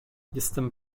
jestem